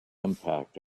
impact